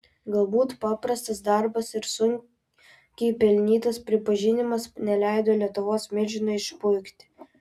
galbūt paprastas darbas ir sunkiai pelnytas pripažinimas neleido lietuvos milžinui išpuikti